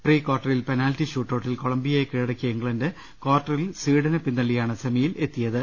pre കാർട്ടറിൽ penalty ഷൂട്ടൌട്ടിൽ കൊളംബിയയെ കീഴടക്കിയ ഇംഗ്ലണ്ട് കാർട്ടറിൽ സ്വീഡനെ പിന്തള്ളിയാണ് സെമിയിലെത്തിയത്